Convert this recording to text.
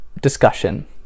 discussion